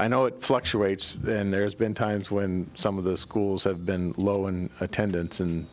i know it fluctuates then there's been times when some of those schools have been low and attendance and